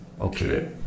Okay